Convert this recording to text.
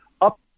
up